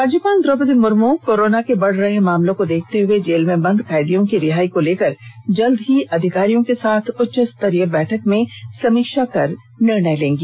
राज्यपाल द्रौपदी मुर्मू कोरोना के बढ़ रहे मामलों को देखते हुए जेल में बंद कैदियों की रिहाई को लेकर जल्द ही अधिकारियों के साथ उच्चस्तरीय बैठक में समीक्षा कर निर्णय लेंगी